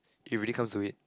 if it really comes to it